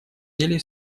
деле